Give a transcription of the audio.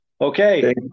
Okay